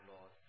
Lord